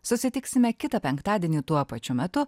susitiksime kitą penktadienį tuo pačiu metu